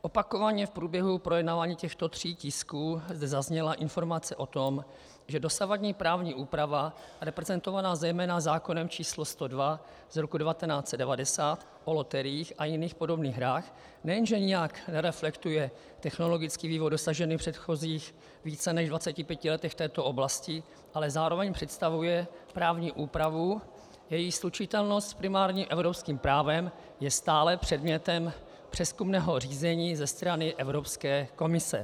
Opakovaně v průběhu projednávání těchto tří tisků zde zazněla informace o tom, že dosavadní právní úprava reprezentovaná zejména zákonem č. 102/1990 Sb., o loteriích a jiných podobných hrách, nejen že nijak nereflektuje technologický vývoj dosažený v předchozích více než 25 letech v této oblasti, ale zároveň představuje právní úpravu, jejíž slučitelnost s primárním evropským právem je stále předmětem přezkumného řízení ze strany Evropské komise.